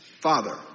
Father